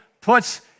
puts